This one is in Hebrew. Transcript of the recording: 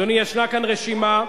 אדוני, יש כאן רשימה,